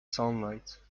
sunlight